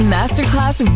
Masterclass